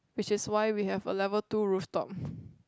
which is why we have a level two rooftop